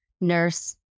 nurse